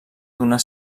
donar